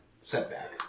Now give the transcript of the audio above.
setback